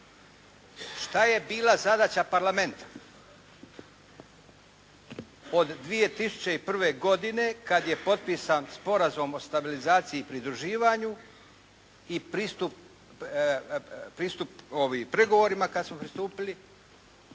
Šta je bila zadaća Parlamenta? Od 2001. godine kada je potpisan Sporazum o stabilizaciji i pridruživanju i pristup pregovorima kad smo pristupili